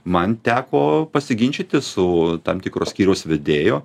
man teko pasiginčyti su tam tikro skyriaus vedėju